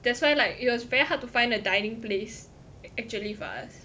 that's why like it was very hard to find a dining place actually for us